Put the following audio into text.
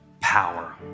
power